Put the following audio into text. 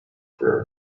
for